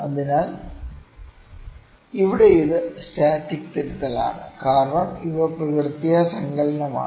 അതിനാൽ ഇവിടെ ഇത് സ്റ്റാറ്റിക് തിരുത്തലാണ് കാരണം ഇവ പ്രകൃത്യ സങ്കലനമാണ്